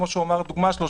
כמו שהוא אמר בדוגמה שלו,